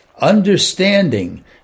Understanding